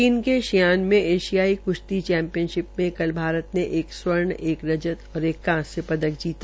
चीन के शियान में एशियाई कृश्ती चैम्पियनशिप में कल भारत ने एक स्वर्ण एक रजत और एक कांस्य जीता